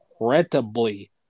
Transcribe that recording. incredibly